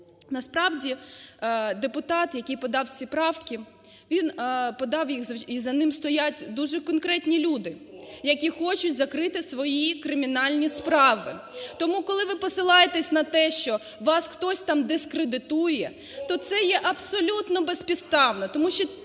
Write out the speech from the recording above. Насправді, депутат, який подав ці правки, він подав них, і за ним стоять дуже конкретні люди, які хочуть закрити свої кримінальні справи. (Шум у залі) Тому коли ви посилаєтесь на те, що вас хтось там дискредитує, то це є абсолютно безпідставно,